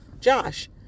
Josh